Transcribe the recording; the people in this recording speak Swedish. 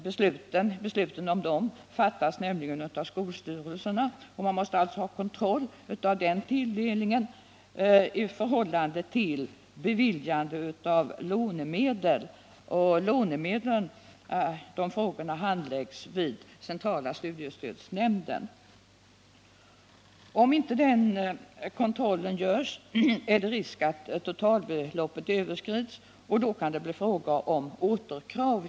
Besluten härom fattas nämligen av skolstyrelserna, och man måste alltså ha kontroll över tilldelningen av tillägg i förhållande till beviljandet av lånemedel. Frågorna om lånemedlen handläggs av centrala studiestödsnämnden. Om inte denna kontroll görs, är det risk för att totalbeloppet överskrids, och då kan det bli fråga om återkrav.